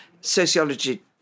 sociology